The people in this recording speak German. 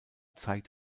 zeigt